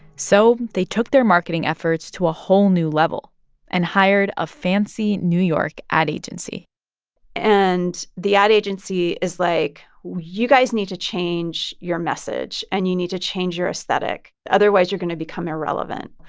so they took their marketing efforts to a whole new level and hired a fancy new york ad agency and the ad agency is like, you guys need to change your message, and you need to change your aesthetic. otherwise, you're going to become irrelevant.